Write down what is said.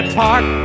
park